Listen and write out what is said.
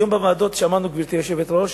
היום בוועדות שמענו, גברתי היושבת-ראש,